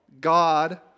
God